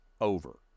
over